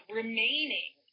remaining